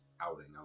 outing